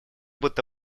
будто